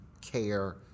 care